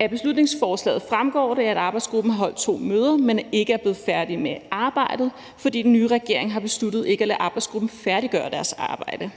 Af beslutningsforslaget fremgår det, at arbejdsgruppen har holdt to møder, men ikke er blevet færdige med arbejdet, fordi den nye regering har besluttet ikke at lade arbejdsgruppen færdiggøre deres arbejde.